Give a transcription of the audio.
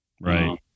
right